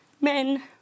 Men